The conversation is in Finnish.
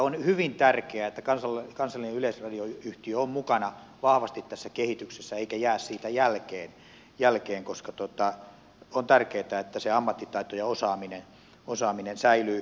on hyvin tärkeää että kansallinen yleisradioyhtiö on mukana vahvasti tässä kehityksessä eikä jää siitä jälkeen koska on tärkeätä että se ammattitaito ja osaaminen säilyy